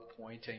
pointing